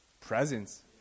presence